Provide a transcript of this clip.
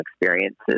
experiences